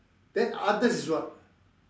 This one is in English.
then others is what